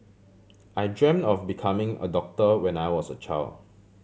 I dreamt of becoming a doctor when I was a child